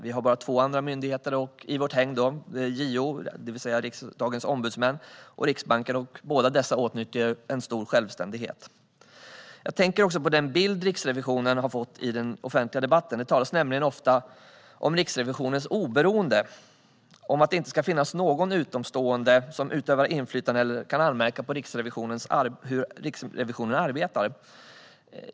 Vi har bara två andra myndigheter i vårt hägn, JO, det vill säga Riksdagens ombudsmän, och Riksbanken. Båda dessa myndigheter åtnjuter en stor självständighet. Jag tänker också på den bild av Riksrevisionen som man har fått i den offentliga debatten. Det talas nämligen ofta om Riksrevisionens oberoende, om att det inte ska kunna finnas någon utomstående som utövar inflytande eller kan anmärka på hur Riksrevisionen arbetar.